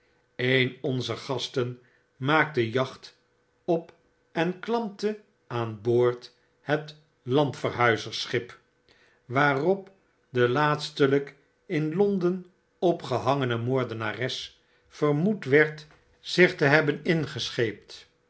een onzer gasten maakte jacht op en klampte aan boord het landverhuizersschip waarop de laatstelyk in londen opgehangene moordenares vermoed werd zich te de geheime politie m hebben ingescheept